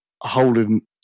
holding